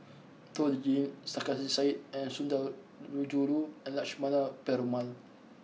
Toh Liying Sarkasi Said and Sundarajulu and Lakshmana Perumal